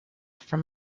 from